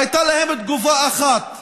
הייתה להם תגובה אחת: